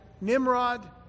Nimrod